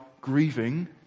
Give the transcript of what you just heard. grieving